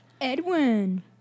Edwin